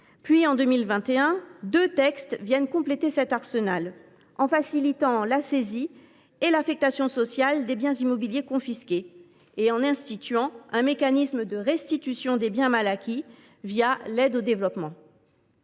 Puis, en 2021, deux textes sont venus compléter cet arsenal, en facilitant la saisie et l’affectation sociale des biens immobiliers confisqués et en instituant un mécanisme de restitution des biens mal acquis l’aide au développement.